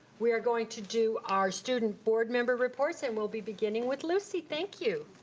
we are going to do our student board member reports and we'll be beginning with lucy, thank you.